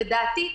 לדעתי,